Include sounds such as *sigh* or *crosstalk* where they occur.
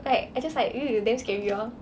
like I just like *noise* damn scary lor